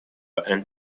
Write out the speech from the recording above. and